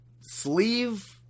sleeve